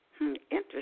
Interesting